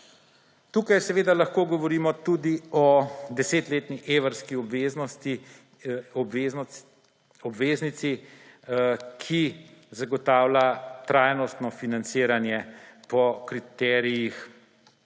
Tukaj lahko govorimo tudi o 10-letni evrski obveznici, ki zagotavlja trajnostno financiranje po kriterijih